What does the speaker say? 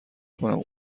کنم